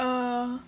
err